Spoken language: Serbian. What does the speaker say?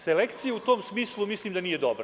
Selekcija u tom smislu mislim da nije dobra.